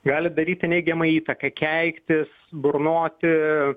gali daryti neigiamą įtaką keiktis burnoti